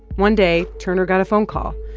one day, turner got a phone call.